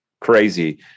crazy